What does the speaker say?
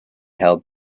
held